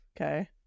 Okay